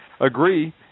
agree